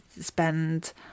spend